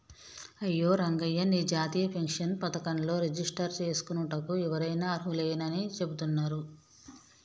అయ్యో రంగయ్య నీ జాతీయ పెన్షన్ పథకంలో రిజిస్టర్ చేసుకోనుటకు ఎవరైనా అర్హులేనని చెబుతున్నారు